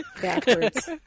backwards